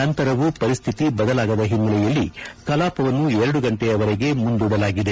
ನಂತರವೂ ಪರಿಸ್ಥಿತಿ ಬದಲಾಗದ ಹಿನ್ನೆಲೆಯಲ್ಲಿ ಕಲಾಪವನ್ನು ಗಂಟೆಯವರೆಗೆ ಮುಂದೂಡಲಾಗಿದೆ